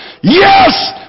Yes